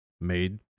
made